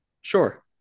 Sure